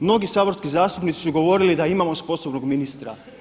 Mnogi saborski zastupnici su govorili da imamo sposobnog ministra.